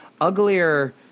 uglier